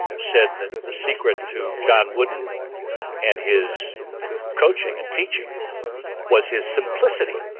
said that the secret to john wooden and his coaching and teaching was his simplicity.